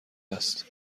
است